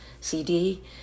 CD